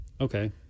Okay